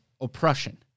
oppression